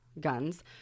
guns